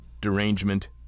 derangement